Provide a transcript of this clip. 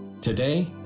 Today